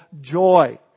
joy